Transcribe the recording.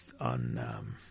on